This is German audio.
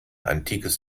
antikes